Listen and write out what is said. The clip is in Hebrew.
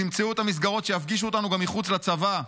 תמציאו את המסגרות שיפגישו אותנו גם מחוץ לצבא,